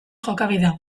jokabidea